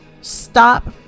stop